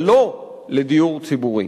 אבל לא לדיור ציבורי.